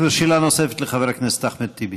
שאלה נוספת לחבר הכנסת אחמד טיבי.